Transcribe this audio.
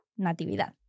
natividad